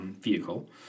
Vehicle